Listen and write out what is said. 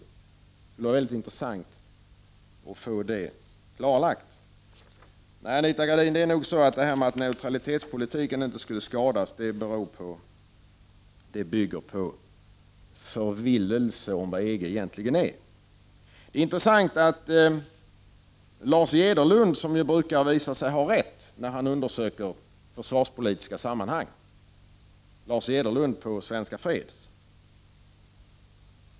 Det skulle vara intressant att få det klarlagt. Att neutralitetspolitiken inte skulle skadas bygger på förvillelse om vad EG egentligen är, Anita Gradin. Det som Lars Jederlund på Svenska freds har kommit fram till är intressant. Han brukar visa sig ha rätt när han undersöker försvarspolitiska sammanhang.